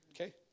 Okay